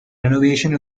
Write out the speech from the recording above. renovation